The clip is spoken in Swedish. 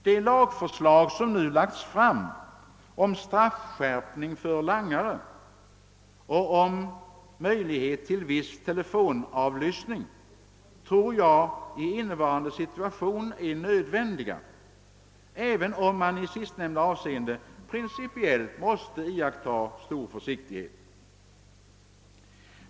Det lagförslag som nu lagts fram om straffskärpning för langare och om möjlighet till viss telefonavlyssning tror jag är nödvändigt i innevarande situation, även om man i sistnämnda avseende principiellt måste iaktta stor försiktighet.